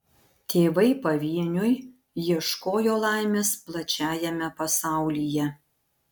tėvai pavieniui ieškojo laimės plačiajame pasaulyje